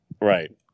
Right